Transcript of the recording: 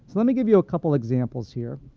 so let me give you a couple of examples here.